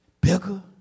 bigger